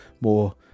more